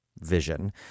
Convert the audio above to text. Vision